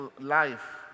life